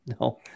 no